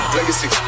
Legacy